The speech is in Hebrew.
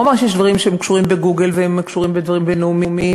הוא אמר שיש דברים שקשורים ב"גוגל" וקשורים בדברים בין-לאומיים,